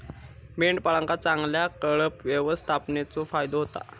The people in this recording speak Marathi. मेंढपाळांका चांगल्या कळप व्यवस्थापनेचो फायदो होता